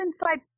inside